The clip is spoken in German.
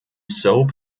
soap